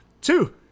two